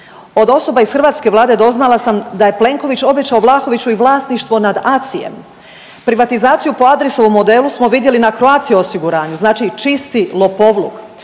Od osoba iz hrvatske Vlade doznala sam da je Plenković obećao Vlahoviću i vlasništvo nad ACI-em. Privatizaciju po Adrisovom modelu smo vidjeli na Croatia osiguranju. Znači čisti lopovluk.